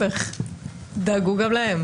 להיפך, שם דאגו גם להם.